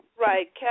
Right